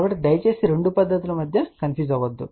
కాబట్టి దయచేసి రెండు పద్ధతుల మధ్య కన్ఫ్యూజ్ చెందకండి